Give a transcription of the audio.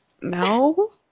No